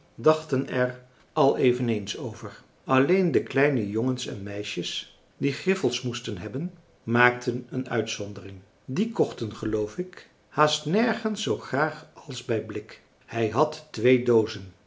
dachten er al eveneens over alleen de kleine jongens en meisjes die griffels moesten hebben maakten een uitzondering die kochten geloof ik haast nergens zoo graag als bij blik hij had twee doozen